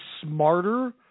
smarter